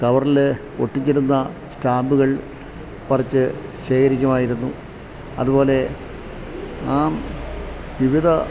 കവറില് ഒട്ടിച്ചിരുന്ന സ്റ്റാമ്പുകൾ പറിച്ച് ശേഖരിക്കുമായിരുന്നു അതുപോലെ വിവിധ